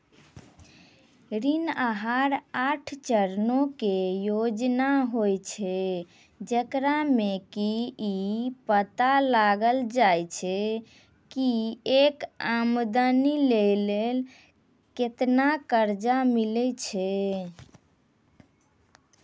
ऋण आहार आठ चरणो के योजना होय छै, जेकरा मे कि इ पता लगैलो जाय छै की एक आदमी लेली केतना कर्जा मिलै छै